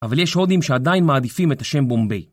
אבל יש הודים שעדיין מעדיפים את השם בומביי